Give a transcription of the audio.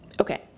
Okay